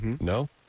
No